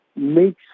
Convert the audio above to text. makes